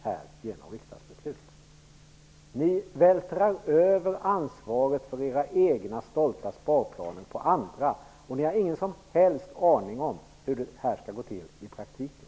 Han menar att vi vältrar över ansvaret för våra stolta sparplaner på andra, och vi har ingen som helst aning om hur det skall gå till i praktiken.